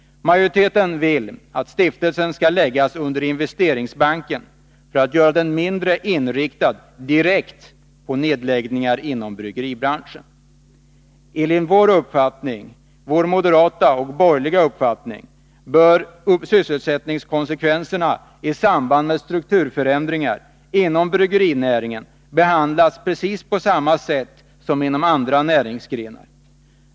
Majoriteten vill att stiftelsen skall läggas under Investeringsbanken för att göra den mindre inriktad direkt på nedläggningar inom bryggeribranschen. Enligt moderat och borgerlig uppfattning bör sysselsättningskonsekvenserna i samband med strukturförändringar inom bryggerinäringen behandlas precis på samma sätt som inom andra näringsgrenar.